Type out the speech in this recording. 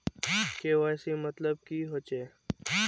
KYC मतलब की होचए?